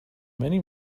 many